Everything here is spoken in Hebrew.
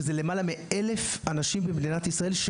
שזה למעלה מאלף אנשים במדינת ישראל,